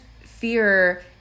fear